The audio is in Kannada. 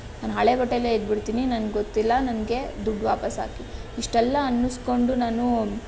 ನಾನು ಹಳೆಯ ಬಟ್ಟೆಯಲ್ಲೇ ಇದ್ದುಬಿಡ್ತೀನಿ ನನಗೆ ಗೊತ್ತಿಲ್ಲ ನನಗೆ ದುಡ್ಡು ವಾಪಸ್ ಹಾಕಿ ಇಷ್ಟೆಲ್ಲ ಅನಿಸಿಕೊಂಡು ನಾನು